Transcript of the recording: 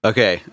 Okay